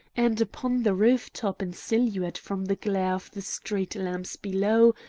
and upon the roof-tops in silhouette from the glare of the street lamps below,